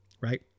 right